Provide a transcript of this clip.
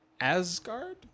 Asgard